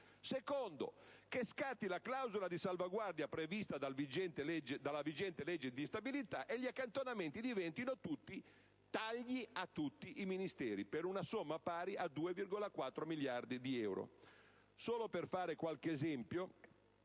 è che scatti la clausola di salvaguardia prevista dalla vigente legge di stabilità e gli accantonamenti diventino tagli a tutti i Ministeri, per una somma pari a 2,4 miliardi di euro.